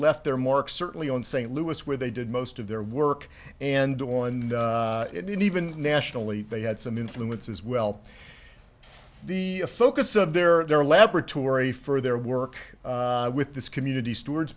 left their mark certainly on st louis where they did most of their work and do and even nationally they had some influence as well the focus of their their laboratory for their work with this community stewards